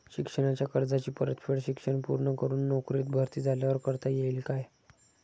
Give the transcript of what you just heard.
शिक्षणाच्या कर्जाची परतफेड शिक्षण पूर्ण करून नोकरीत भरती झाल्यावर करता येईल काय?